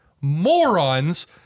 morons